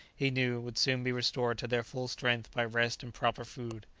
he knew, would soon be restored to their full strength by rest and proper food.